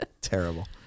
Terrible